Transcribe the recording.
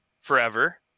forever